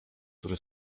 który